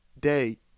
day